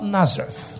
Nazareth